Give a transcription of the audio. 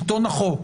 שלטון החוק,